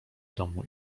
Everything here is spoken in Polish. domu